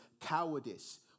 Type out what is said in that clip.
cowardice